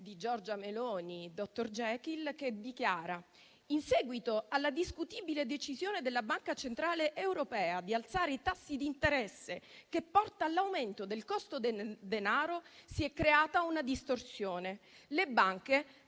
di Giorgia Meloni-dottor Jekyll, che dichiara: «In seguito alla discutibile decisione della BCE di alzare i tassi d'interesse che porta all'aumento del costo del denaro si è creata una distorsione: le banche